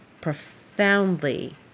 profoundly